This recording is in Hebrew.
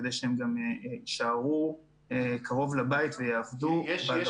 כדי שהם יישארו קרוב לבית ויעבדו בדרום.